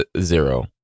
zero